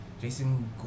Jason